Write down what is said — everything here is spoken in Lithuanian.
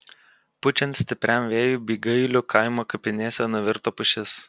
pučiant stipriam vėjui bygailių kaimo kapinėse nuvirto pušis